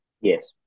Yes